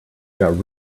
got